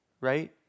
right